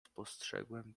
spostrzegłem